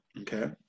Okay